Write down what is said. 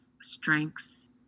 strength